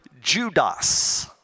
Judas